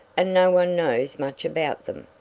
and no one knows much about them.